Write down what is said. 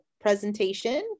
presentation